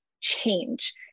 change